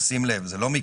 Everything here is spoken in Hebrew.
זה לא מקרי,